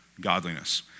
godliness